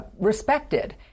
respected